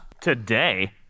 Today